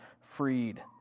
freed